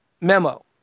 memo